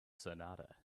sonata